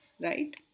right